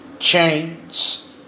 chains